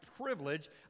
privilege